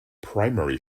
primary